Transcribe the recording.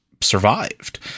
survived